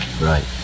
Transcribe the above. right